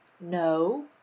No